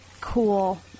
cool